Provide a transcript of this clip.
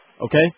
Okay